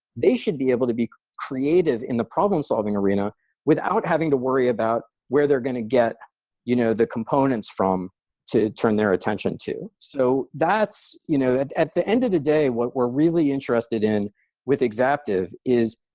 they should be able to be creative in the problem solving arena without having to worry about where they're going to get you know the components from to turn their attention to. so you know at the end of the day, what we're really interested in with exaptive is,